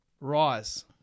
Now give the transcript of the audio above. Rise